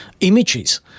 images